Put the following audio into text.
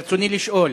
ברצוני לשאול: